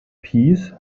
peace